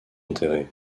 enterrées